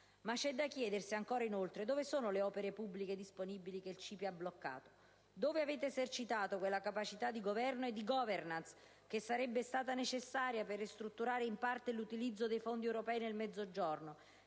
Ma c'è da chiedersi, ancora e inoltre: dove sono le opere pubbliche disponibili che il CIPE ha bloccato? Dove avete esercitato quella capacità di governo e di *governance* che sarebbe stata necessaria per ristrutturare in parte l'utilizzo dei fondi europei nel Mezzogiorno,